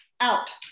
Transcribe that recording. out